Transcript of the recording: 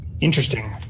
Interesting